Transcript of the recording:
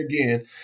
again